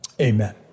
amen